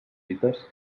fites